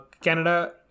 Canada